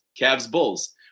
Cavs-Bulls